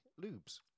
lubes